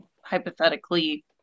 hypothetically